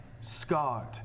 scarred